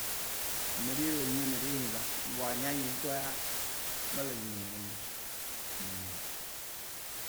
Ame ɖe ye le enyim. Ame ɖe ye hĩva. Vɔa nyeya nye ŋutɔ yea, mele nyĩnyĩ me ne nye ya lo.